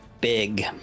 big